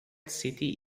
city